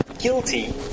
guilty